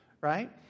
right